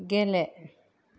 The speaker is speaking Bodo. गेले